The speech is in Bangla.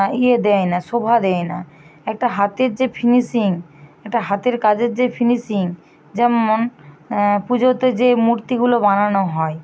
ইয়ে দেয় না শোভা দেয় না একটা হাতের যে ফিনিশিং একটা হাতের কাজের যে ফিনিশিং যেমন পুজোতে যে মূর্তিগুলো বানানো হয়